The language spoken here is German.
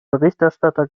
berichterstatter